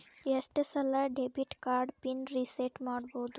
ಎಷ್ಟ ಸಲ debit card pin reset ಮಾಡಬೋದು